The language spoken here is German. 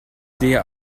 sehe